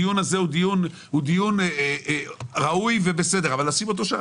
הדיון הזה הוא דיון ראוי ובסדר, אבל לשים אותו שם.